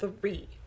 three